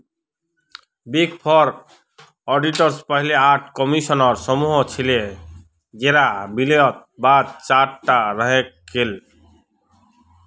big four auditors पहले आठ कम्पनीर समूह छिल जेरा विलयर बाद चार टा रहेंग गेल